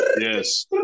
Yes